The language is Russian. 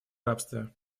рабстве